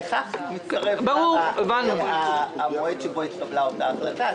לכך מצטרף המועד שבו התקבלה אותה החלטה,